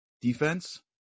defense